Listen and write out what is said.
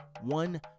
one